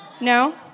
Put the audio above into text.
No